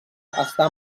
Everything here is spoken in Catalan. està